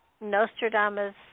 Nostradamus